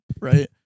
right